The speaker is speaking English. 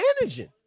managing